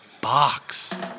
box